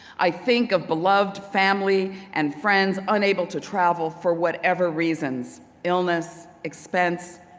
i think of beloved family and friends unable to travel for whatever reasons illness, expense,